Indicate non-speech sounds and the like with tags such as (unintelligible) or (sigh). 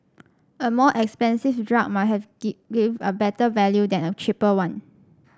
a more expensive drug might have (unintelligible) give a better value than a cheaper one